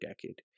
decade